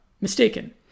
mistaken